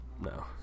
no